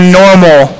normal